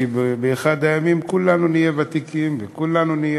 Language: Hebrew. כי באחד הימים כולנו נהיה ותיקים וכולנו נהיה